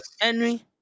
Henry